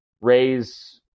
raise